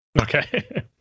Okay